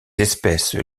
espèces